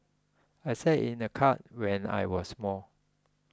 I sat in a cart when I was small